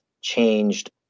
changed